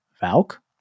Valk